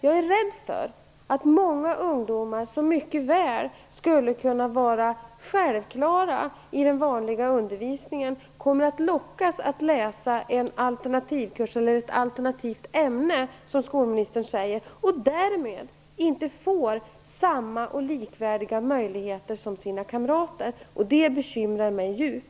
Jag är rädd för att många ungdomar som mycket väl skulle kunna vara självklara i den vanliga undervisningen kommer att lockas att läsa en alternativkurs eller, som skolministern säger, ett alternativt ämne och därmed inte kommer att få möjligheter som är desamma som eller likvärdiga med kamraternas, och det bekymrar mig djupt.